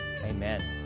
Amen